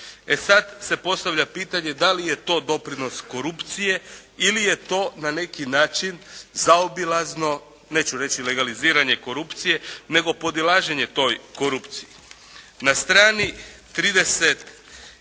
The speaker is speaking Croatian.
E sada se postavlja pitanje da li je to doprinos korupcije ili je to na neki način zaobilazno neću reći legaliziranje korupcije nego podilaženje toj korupciji. Na strani 31